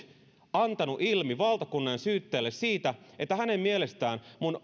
antanut ilmi valtakunnansyyttäjälle siitä että hänen mielestään minun